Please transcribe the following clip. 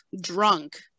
drunk